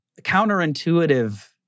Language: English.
counterintuitive